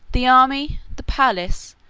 the army, the palace,